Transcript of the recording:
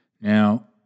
Now